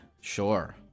Sure